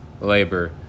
labor